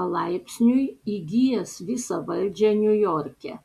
palaipsniui įgijęs visą valdžią niujorke